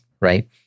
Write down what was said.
right